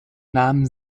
nahmen